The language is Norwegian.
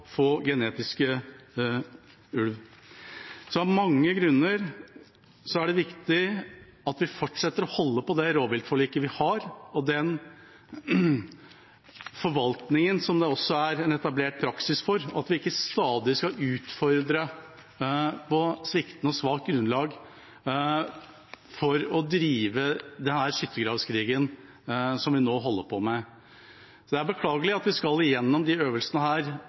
få genetiske ulv. Så av mange grunner er det viktig at vi fortsetter å holde på det rovviltforliket vi har, og den forvaltningen det også er en etablert praksis for, og at vi ikke stadig skal utfordre på sviktende og svakt grunnlag for å drive denne skyttergravskrigen som vi nå holder på med. Det er beklagelig at vi skal gjennom disse øvelsene